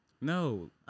No